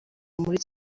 muri